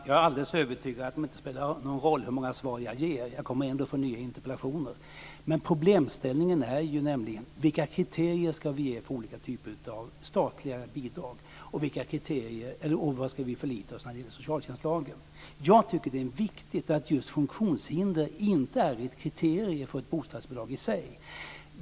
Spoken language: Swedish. Fru talman! Jag är övertygad om att det inte spelar någon roll hur många svar jag ger. Jag kommer ändå att få nya interpellationer. Problemställningen handlar nämligen om vilka kriterier det ska vara för olika typer av statliga bidrag, och vad ska vi förlita oss på när det gäller socialtjänstlagen. Jag tycker att det är viktigt att funktionshinder i sig inte är ett kriterium för ett bostadsbidrag.